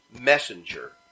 messenger